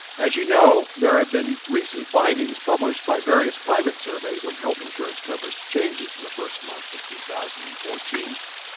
as you know there have been recent findings published by various private surveys on health insurance coverage changes in the first months of two thousand and fourteen.